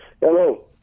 Hello